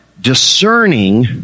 Discerning